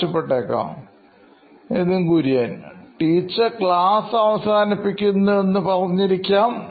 ആവശ്യപ്പെട്ടേക്കാം Nithin Kurian COO Knoin Electronics teacher class അവസാനിപ്പിക്കുന്നു എന്ന് പറഞ്ഞ് ഇരിക്കാം